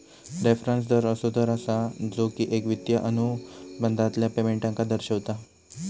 reference दर असो दर असा जो एक वित्तिय अनुबंधातल्या पेमेंटका दर्शवता